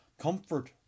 Comfort